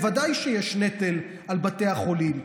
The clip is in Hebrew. בוודאי שיש נטל על בתי החולים.